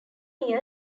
year